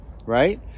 right